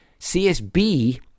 CSB